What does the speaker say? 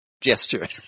gesture